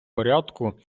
порядку